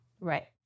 Right